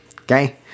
okay